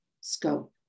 scope